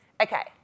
Okay